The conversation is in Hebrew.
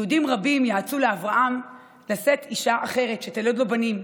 יהודים רבים יעצו לאברהם לשאת אישה אחרת שתלד לו בנים,